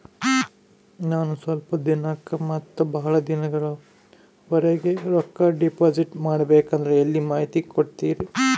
ನಾನು ಸ್ವಲ್ಪ ದಿನಕ್ಕ ಮತ್ತ ಬಹಳ ದಿನಗಳವರೆಗೆ ರೊಕ್ಕ ಡಿಪಾಸಿಟ್ ಮಾಡಬೇಕಂದ್ರ ಎಲ್ಲಿ ಮಾಹಿತಿ ಕೊಡ್ತೇರಾ?